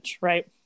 right